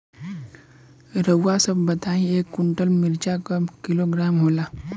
रउआ सभ बताई एक कुन्टल मिर्चा क किलोग्राम होला?